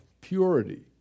purity